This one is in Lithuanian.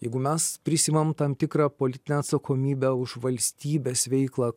jeigu mes prisiimam tam tikrą politinę atsakomybę už valstybės veiklą